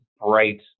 bright